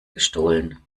gestohlen